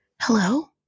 Hello